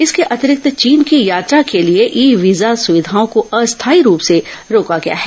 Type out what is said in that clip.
इसके अतिरिक्त चीन की यात्रा के लिए ई वीजा सुविधाओं को अस्थायी रूप से रोका गया है